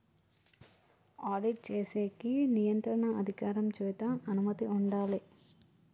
audit చేసేకి నియంత్రణ అధికారం చేత అనుమతి ఉండాలే